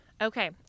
Okay